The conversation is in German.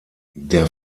der